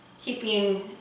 keeping